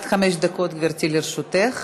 עד חמש דקות, גברתי, לרשותך.